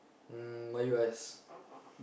um why you ask